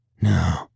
No